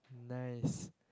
nice